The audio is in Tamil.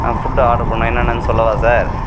ஃபுட்டு ஆர்ட்ரு பண்ணணு என்னென்னனு சொல்லவா சார்